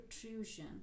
protrusion